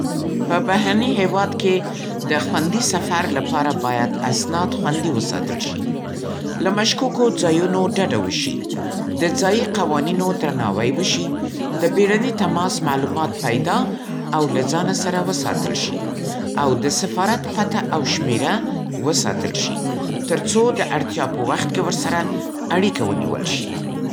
په بهرني هېواد کې د خوندي سفر لپاره باید اسناد خوندي وساتل شي، له مشکوکو ځایونو ډډه وشي، د ځايي قوانینو درناوی وشي، د بیړني تماس معلومات پیدا او له ځانه سره ونیول شي او د سفارت پته او شمېره وساتل شي، تر څو د اړتیا په وخت کې ورسره اړیکه ونیول شي.